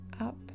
up